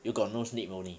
you got no sleep only